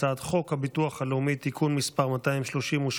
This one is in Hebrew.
הצעת חוק הביטוח הלאומי (תיקון מס' 238,